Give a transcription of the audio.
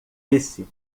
esse